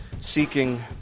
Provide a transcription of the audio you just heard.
seeking